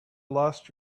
lost